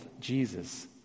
Jesus